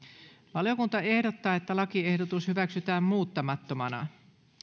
valiokunta ehdottaa että lakiehdotus hyväksytään muuttamattomana